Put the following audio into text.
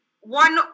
one